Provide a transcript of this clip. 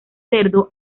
cerdo